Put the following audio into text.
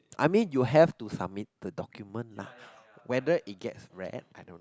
I mean you have to submit the documents lah whether it get raid I don't know